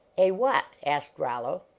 a what? asked rollo.